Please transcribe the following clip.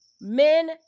Men